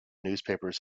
newspapers